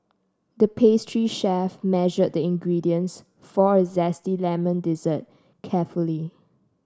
the pastry chef measured the ingredients for a zesty lemon dessert carefully